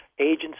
Agents